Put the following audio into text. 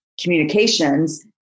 communications